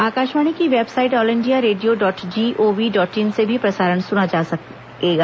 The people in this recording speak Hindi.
आकाशवाणी की website all India radio dot G O V dot in से भी यह प्रसारण सुना जा सकेगा